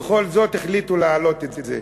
אבל בכל זאת החליטו להעלות את זה: